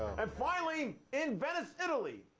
and finally, in venice, italy.